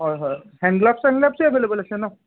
হয় হয় hand gloves chain gloves available আছে ন